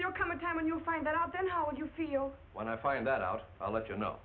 there come a time when you find that out then how would you feel when i find that out i'll let ya know